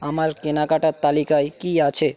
আমার কেনাকাটার তালিকায় কি আছে